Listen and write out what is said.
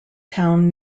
town